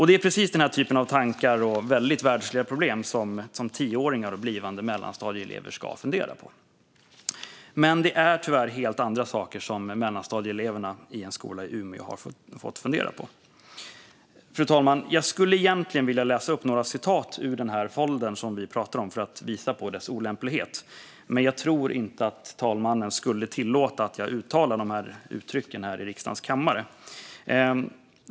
Det är precis den här typen av tankar och väldigt världsliga problem som tioåringar och blivande mellanstadieelever ska fundera på, men det är tyvärr helt andra saker som mellanstadieeleverna i en skola i Umeå har fått fundera på. Fru talman! Jag skulle egentligen vilja läsa upp några citat ur den folder vi pratar om för att visa på dess olämplighet, men jag tror inte att talmannen skulle tillåta att jag uttalar dessa uttryck här i riksdagens kammare.